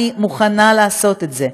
אני מוכנה לעשות את זה,